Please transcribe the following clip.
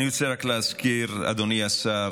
אני רוצה רק להזכיר לאדוני השר